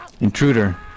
Intruder